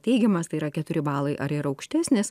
teigiamas tai yra keturi balai ar ir aukštesnis